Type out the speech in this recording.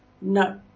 No